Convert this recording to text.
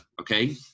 okay